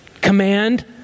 command